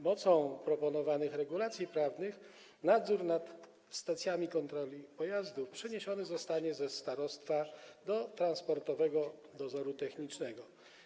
Mocą proponowanych regulacji prawnych nadzór nad stacjami kontroli pojazdów przeniesiony zostanie ze starostwa do Transportowego Dozoru Technicznego.